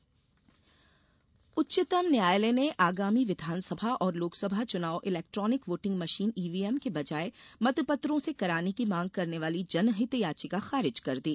उच्चतम न्यायालय उच्चतम न्यायालय ने आगामी विधानसभा और लोकसभा चुनाव इलेक्ट्रॉनिक वोटिंग मशीन ईवीएम की बजाए मतपत्रों से कराने की मांग करने वाली जनहित याचिका खारिज कर दी